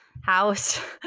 house